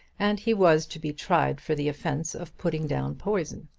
and he was to be tried for the offence of putting down poison.